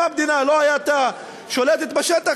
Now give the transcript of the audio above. אם המדינה לא הייתה שולטת בשטח,